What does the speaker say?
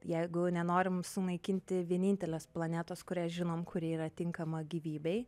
jeigu nenorim sunaikinti vienintelės planetos kurią žinom kuri yra tinkama gyvybei